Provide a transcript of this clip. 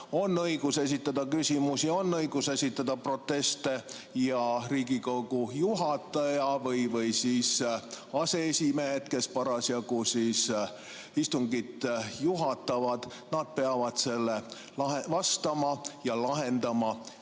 on õigus esitada küsimusi, on õigus esitada proteste, ja Riigikogu juhataja või aseesimehed, kes parasjagu istungit juhatavad, peavad sellele vastama ja [probleemi]